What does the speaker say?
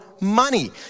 money